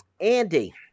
Andy